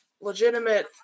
legitimate